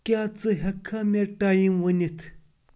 کیٛاہ ژٕ ہؠکٕکھا مےٚ ٹایٔم ؤنِتھ